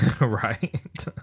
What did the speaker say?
Right